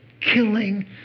killing